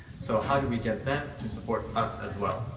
so how do we get them to support us as well?